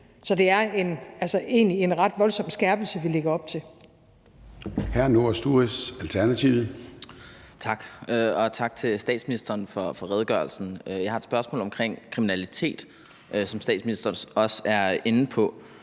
er egentlig en ret voldsom skærpelse, vi lægger op til.